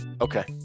Okay